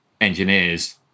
engineers